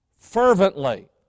Fervently